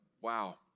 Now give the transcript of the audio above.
Wow